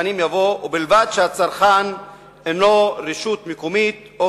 יבוא "ובלבד שהצרכן אינו רשות מקומית או